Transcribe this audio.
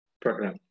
program